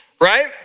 Right